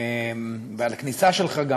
ועל הכניסה שלך,